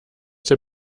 der